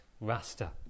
Rasta